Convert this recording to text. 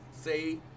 say